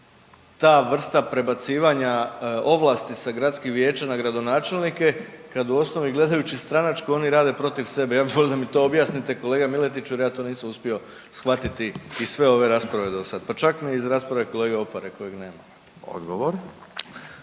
ta vrsta prebacivanja ovlasti sa gradskih vijeća na gradonačelnike kad u osnovi gledajući stranačko oni rade protiv sebe. Ja bi volio da mi to objasnite kolega Miletiću jer ja to nisam uspio shvatiti iz sve ove rasprave dosad, pa čak ni iz rasprave kolege Opare …/Govornik